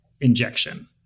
injection